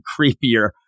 creepier